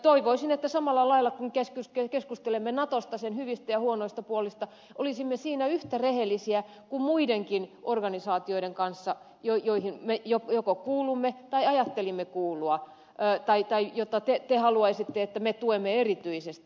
toivoisin että kun keskustelemme natosta sen hyvistä ja huonoista puolista olisimme siinä yhtä rehellisiä kuin muidenkin organisaatioiden kanssa joihin me joko kuulumme tai ajattelimme kuulua tai joita te haluaisitte meidän tukevan erityisesti